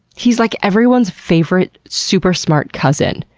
he's like everyone's favorite super smart cousin.